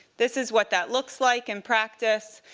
this is what that looks like in practice.